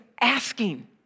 asking